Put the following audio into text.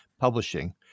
Publishing